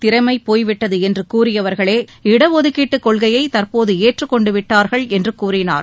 திறமை போய்விட்டது என்று கூறியவர்களே இடஒதுக்கீட்டுக் கொள்கையை தற்போது ஏற்றுக் கொண்டுவிட்டார்கள் என்று கூறினார்